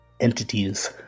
entities